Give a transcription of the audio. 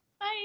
Bye